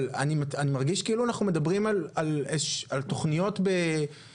אבל אני מרגיש כאילו אנחנו מדברים על תוכניות אמורפיות,